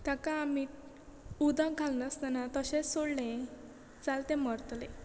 ताका आमी उदक घालनासतना तशेंच सोडलें जाल्यार तें मरतले